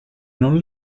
non